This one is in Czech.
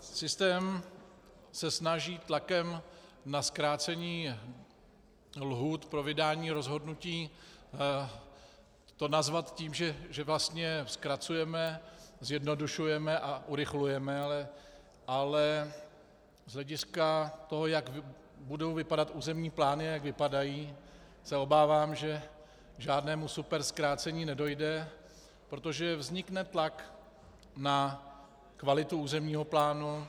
Systém se snaží tlakem na zkrácení lhůt pro vydání rozhodnutí to nazvat tím, že vlastně zkracujeme, zjednodušujeme a urychlujeme, ale z hlediska toho, jak budou vypadat územní plány, jak vypadají, se obávám, že k žádnému superzkrácení nedojde, protože vznikne tlak na kvalitu územního plánu.